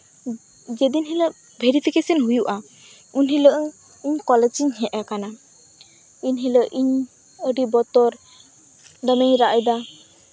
ᱡᱮᱫᱤᱱ ᱦᱤᱞᱳᱜ ᱵᱷᱮᱨᱤᱯᱷᱤᱠᱮᱥᱚᱱ ᱦᱩᱭᱩᱜᱼᱟ ᱩᱱᱦᱤᱞᱳᱜ ᱤᱧ ᱠᱚᱞᱮᱡᱤᱧ ᱦᱮᱡ ᱟᱠᱟᱱᱟ ᱮᱱᱦᱤᱞᱳᱜ ᱤᱧ ᱟᱹᱰᱤ ᱵᱚᱛᱚᱨ ᱫᱚᱢᱮᱧ ᱨᱟᱜ ᱮᱫᱟ